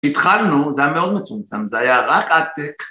‫התחלנו, זה היה מאוד מצומצם, ‫זה היה רק עד...